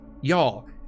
Y'all